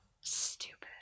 Stupid